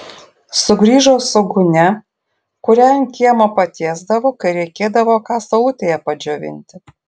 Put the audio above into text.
sugrįžo su gūnia kurią ant kiemo patiesdavo kai reikėdavo ką saulutėje padžiovinti